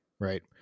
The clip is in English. Right